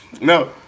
No